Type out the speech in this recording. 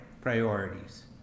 priorities